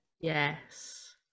yes